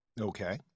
Okay